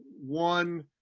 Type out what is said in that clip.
one